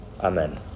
Amen